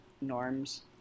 norms